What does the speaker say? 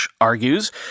argues